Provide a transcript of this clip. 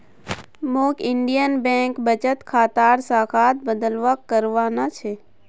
मौक Indian bank बचत खातार शाखात बदलाव करवाना छ